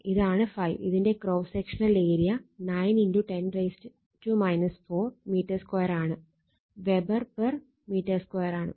ഇതാണ് ∅ ഇതിന്റെ cross sectional area 9 10 4 m2 ആണ്